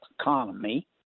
economy